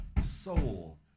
soul